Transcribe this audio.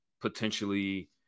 potentially